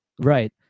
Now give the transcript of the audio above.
Right